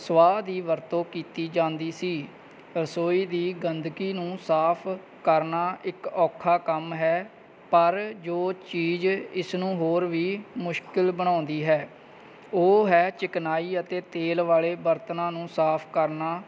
ਸਵਾਹ ਦੀ ਵਰਤੋਂ ਕੀਤੀ ਜਾਂਦੀ ਸੀ ਰਸੋਈ ਦੀ ਗੰਦਗੀ ਨੂੰ ਸਾਫ ਕਰਨਾ ਇੱਕ ਔਖਾ ਕੰਮ ਹੈ ਪਰ ਜੋ ਚੀਜ਼ ਇਸਨੂੰ ਹੋਰ ਵੀ ਮੁਸ਼ਕਿਲ ਬਣਾਉਂਦੀ ਹੈ ਉਹ ਹੈ ਚਿਕਨਾਈ ਅਤੇ ਤੇਲ ਵਾਲੇ ਬਰਤਨਾਂ ਨੂੰ ਸਾਫ ਕਰਨਾ